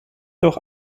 doch